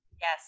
Yes